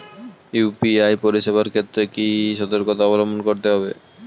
UPI পরিসেবার ক্ষেত্রে কি সতর্কতা অবলম্বন করতে হবে?